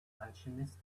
alchemist